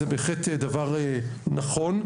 זה בהחלט דבר נכון,